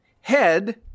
Head